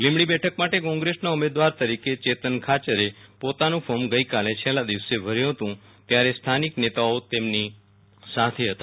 લીંબડી બેઠક માટે કોંગ્રેસ ના ઉમેદવાર તરીકે ચેતન ખહર એ પોતાનું ફોર્મ ગઈકાલે છેલ્લા દિવસે ભર્યું હતું ત્યારે સ્થાનિક નેતાઓ તેમની સાથે હતા